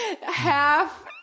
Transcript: half